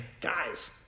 guys